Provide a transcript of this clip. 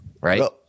right